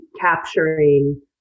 capturing